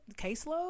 caseload